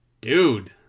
Dude